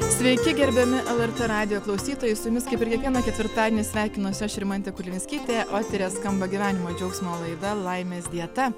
sveiki gerbiami lrt radijo klausytojai su jumis kaip ir kiekvieną ketvirtadienį sveikinuosi aš rimantė kulvinskytė o eteryje skamba gyvenimo džiaugsmo laida laimės dieta